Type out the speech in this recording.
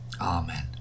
Amen